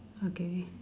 okay